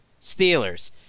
Steelers